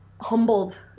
humbled